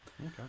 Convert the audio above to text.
Okay